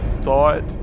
thought